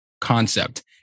concept